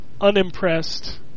unimpressed